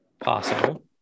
possible